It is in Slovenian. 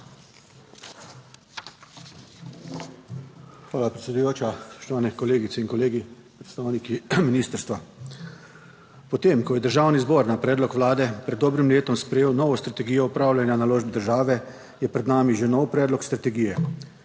Hvala predsedujoča, spoštovane kolegice in kolegi, predstavniki ministrstva. Potem ko je državni zbor na predlog vlade pred dobrim letom sprejel novo strategijo upravljanja naložb države, je pred nami že nov predlog strategije.